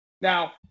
Now